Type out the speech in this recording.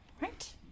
right